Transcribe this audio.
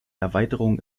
erweiterung